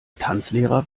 tanzlehrer